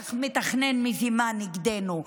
בטח מתכנן מזימה נגדנו,